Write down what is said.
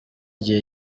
gihe